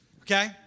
okay